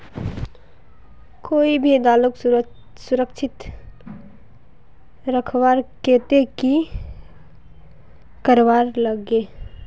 कोई भी दालोक सुरक्षित रखवार केते की करवार लगे?